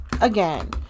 again